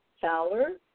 Fowler